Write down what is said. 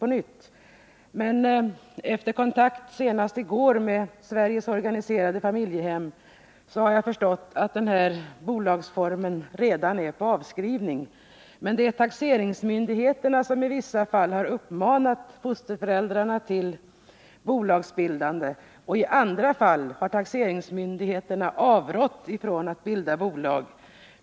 Senast i går var jag dock i kontakt med Sveriges organiserade familjehem, och nu förstår jag att den här bolagsformen redan är föremål för avskrivning. I vissa fall har taxeringsmyndigheterna uppmanat föräldrarna att bilda sådana bolag. Men det har även förekommit fall där taxeringsmyndigheterna har avrått föräldrarna från att bilda bolag.